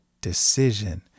decision